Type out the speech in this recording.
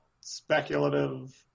speculative